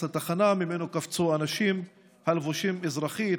לתחנה וממנו קפצו אנשים הלבושים אזרחי,